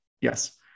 Yes